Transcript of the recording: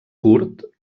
curt